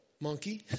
monkey